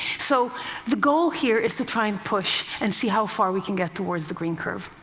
so the goal here is to try and push, and see how far we can get towards the green curve.